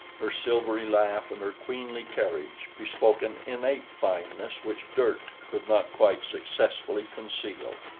her silvery laugh and her queenly carriage, bespoke an innate fineness which dirt could not quite successfully conceal.